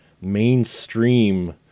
mainstream